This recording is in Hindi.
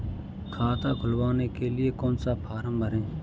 खाता खुलवाने के लिए कौन सा फॉर्म भरें?